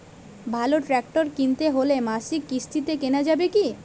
ভালো ট্রাক্টর কিনতে হলে মাসিক কিস্তিতে কেনা যাবে কি?